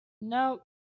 No